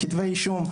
כתבי אישום,